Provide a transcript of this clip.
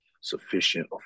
sufficient